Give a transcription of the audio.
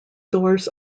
doors